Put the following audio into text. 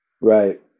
right